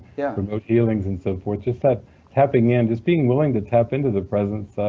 yeah remote healings and so forth, just that tapping in, just being willing to tap into the presence.